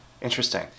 interesting